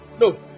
No